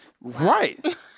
Right